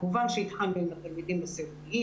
כמובן שהתחלנו עם התלמידים הסיעודיים.